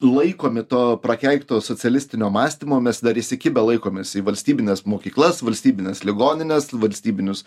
laikomi to prakeikto socialistinio mąstymo mes dar įsikibę laikomės į valstybines mokyklas valstybines ligonines valstybinius